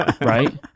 Right